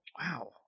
Wow